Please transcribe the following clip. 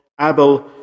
abel